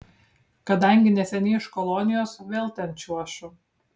kadangi neseniai iš kolonijos vėl ten čiuošiu